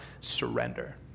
surrender